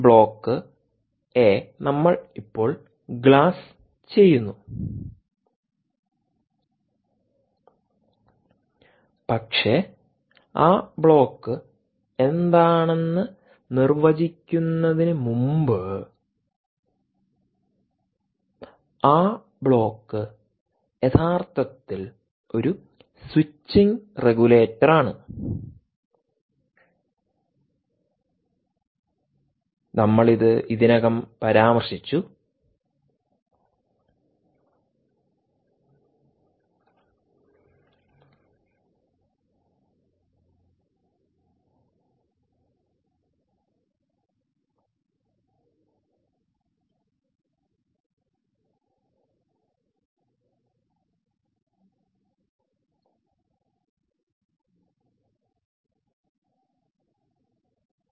ഈ ബ്ലോക്ക് എ നമ്മൾ ഇപ്പോൾ ഗ്ലാസ് ചെയ്യുന്നു പക്ഷേ ആ ബ്ലോക്ക് എന്താണെന്ന് നിർവചിക്കുന്നതിനുമുമ്പ് ആ ബ്ലോക്ക് യഥാർത്ഥത്തിൽ ഒരു സ്വിച്ചിംഗ് റെഗുലേറ്ററാണ് നമ്മൾ ഇത് ഇതിനകം പരാമർശിച്ചു